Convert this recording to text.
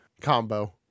combo